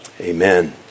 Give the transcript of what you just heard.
Amen